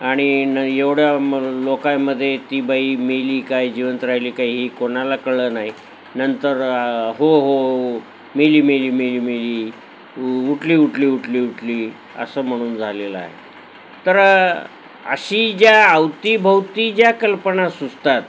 आणि न एवढ्या मग लोकांमध्ये ती बाई मेली काय जिवंत राहिली काहीही कोनाला कळलं नाही नंतर हो हो हो हो मेली मेली मेली मेली उ उठली उठली उठली उठली असं म्हणून झालेलं आहे तर अशी ज्या अवतीभोवती ज्या कल्पना सुचतात